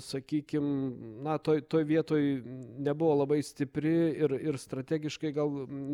sakykim na toj toj vietoj nebuvo labai stipri ir ir strategiškai gal